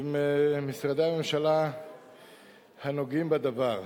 משרדי הממשלה הנוגעים בדבר.